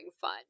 fun